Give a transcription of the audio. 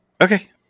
Okay